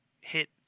hit